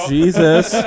Jesus